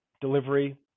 delivery